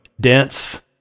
dense